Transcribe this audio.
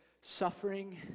suffering